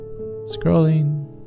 scrolling